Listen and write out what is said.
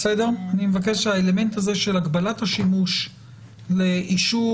אני מבקש שהאלמנט הזה של הגבלת השימוש על איסור